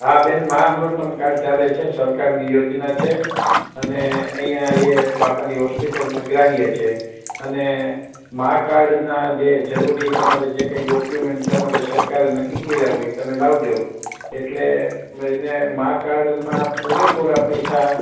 હાં બે માં અમૃત કાર્ડ ચાલે છે સરકારની યોજના છે અને અહિયાં એ આ હોસ્પિટલમાં ગ્રાહ્ય છે અને માં કાર્ડના જે જરૂરી જે કઈ ડોક્યુમેન્ટ જે કાઇ સરકારે નકકી કર્યા હોય એ તમે લાવજો એટલે લઈને માં કાર્ડમાં પૂરેપૂરા પૈસા